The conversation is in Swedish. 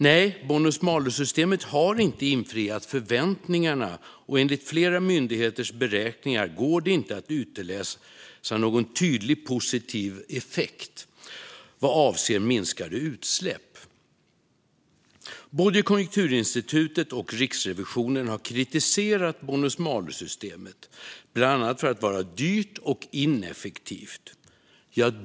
Nej, bonus malus-systemet har inte infriat förväntningarna, och enligt flera myndigheters beräkningar går det inte att utläsa någon tydlig positiv effekt vad avser minskade utsläpp. Både Konjunkturinstitutet och Riksrevisionen har kritiserat bonus malus-systemet bland annat för att vara dyrt och ineffektivt.